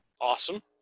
Awesome